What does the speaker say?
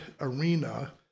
arena